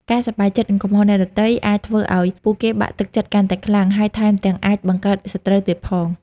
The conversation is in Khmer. ការសប្បាយចិត្តនឹងកំហុសអ្នកដទៃ អាចធ្វើឱ្យពួកគេបាក់ទឹកចិត្តកាន់តែខ្លាំង ហើយថែមទាំងអាចបង្កើតសត្រូវទៀតផង។